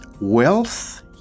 wealth